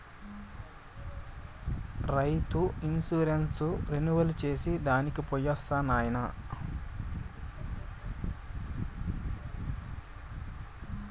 రైతు insurance renewal చేసి దానికి పోయొస్తా నాయనా